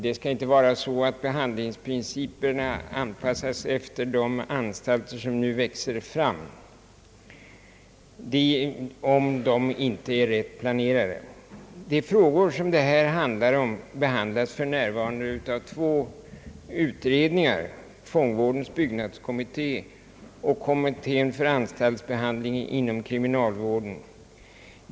Det skall inte vara så, att behandlingsprinciperna anpassas efter de anstalter, som nu växer fram, om de inte är riktigt planerade. De frågor som det här handlar om behandlas för närvarande av två utredningar, fångvårdens byggnadskommitté och kommittén för anstaltsbehandling inom kriminalvården.